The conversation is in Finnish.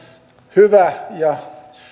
hyvä ja